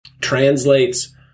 translates